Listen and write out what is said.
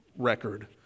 record